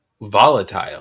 volatile